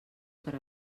per